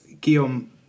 Guillaume